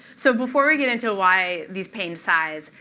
so before we get into why these pained sighs,